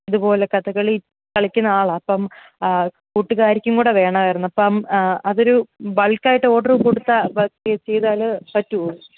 ഇതുപോലെ കഥകളി കളിക്കുന്ന ആളാണ് അപ്പം കൂട്ടുകാരിക്കും കൂടെ വേണമായിരുന്നു അപ്പം അതൊരു ബൾക്ക് ആയിട്ട് ഓർഡർ കൊടുത്താൽ പ ചെയ്താൽ പറ്റുമോ